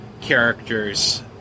characters